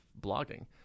blogging